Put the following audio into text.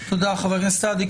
תודה, חבר הכנסת סעדי.